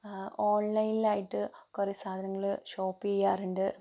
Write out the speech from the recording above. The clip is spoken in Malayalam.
ഓൺലൈനിലായിട്ട് കുറേ സാധനങ്ങൾ ഷോപ്പ് ചെയ്യാറുണ്ട്